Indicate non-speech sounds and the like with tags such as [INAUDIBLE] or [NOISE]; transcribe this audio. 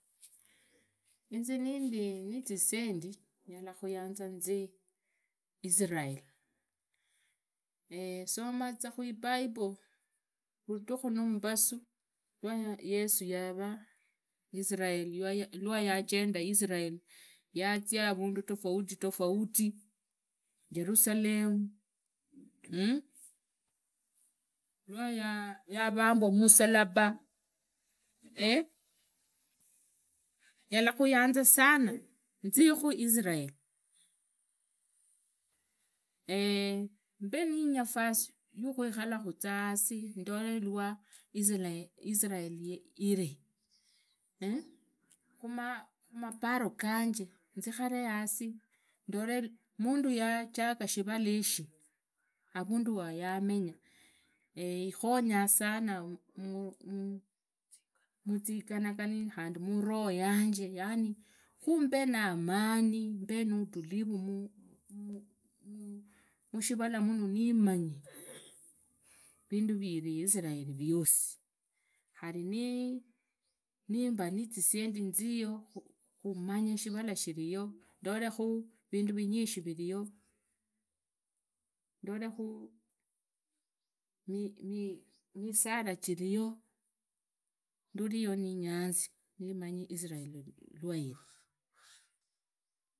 Itsii nembee ne tsisendii nyalakhuyanza tsii israel nee esoma tsaa khwibible vutukho numpasuu. lwa yesu yavaa israel iwayachenda nenda israel yatsia nendi tofauti tofauti jerusalem mmh iwayaa aa yavampwa khumusalapa [HESITATION] nyalaa khuyanzaa sanaa tsiikhuu israel [HESITATION] impii ninafasi yukhuu alakho tsia yasi ndolee iwaa, israel. israel irii. [HESITATION] khumaparu kanje ndikhalee yaasi ndole noli muntu yachakaa shirala eshii avundu wayamenya ni khandi murohuo yanjee. yaani khumpee ni amani mpee nuvutulivu mu- mu- mushivala muno nmanyi vinduu virii israel vwiusi. khali niii- mbaa netsisendi. tsiyuu. khumanya shivala shiliyu ndulakhuu vinduu vinyinji viliyoo ndolukhuu mi- mi- msala chiliyoo. Nduliyo ninyatsiii mwemanyii israel iwayiri.